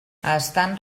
estan